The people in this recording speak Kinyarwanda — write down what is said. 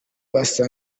basa